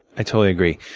i totally agree.